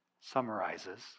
summarizes